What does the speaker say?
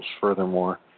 Furthermore